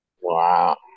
Wow